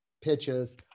pitches